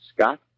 Scott